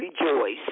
rejoice